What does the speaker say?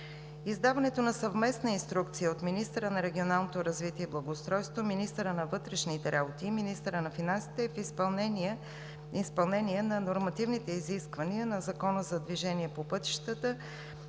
Издаването на съвместна Инструкция от министъра на регионалното развитие и благоустройството, министъра на вътрешните работи и министъра на финансите е в изпълнение на нормативните изисквания на Закона за движението по пътищата,